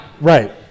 Right